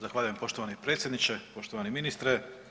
Zahvaljujem poštovani predsjedniče, poštovani ministre.